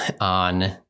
on